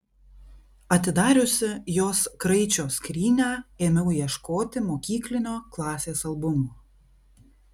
atidariusi jos kraičio skrynią ėmiau ieškoti mokyklinio klasės albumo